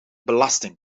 belasting